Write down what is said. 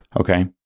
Okay